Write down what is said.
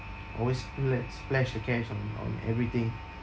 always splurge splash the cash on on everything